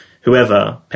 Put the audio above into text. whoever